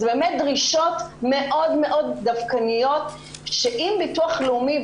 אלה באמת דרישות מאוד מאוד דווקניות שאם ביטוח לאומי,